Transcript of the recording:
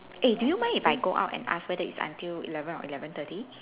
eh do you mind if I go out and ask whether it's until eleven or eleven thirty